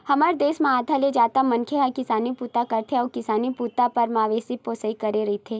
हमर देस म आधा ले जादा मनखे ह किसानी बूता करथे अउ किसानी बूता बर मवेशी पोसई करे रहिथे